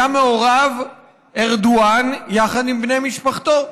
היה מעורב ארדואן יחד עם בני משפחתו.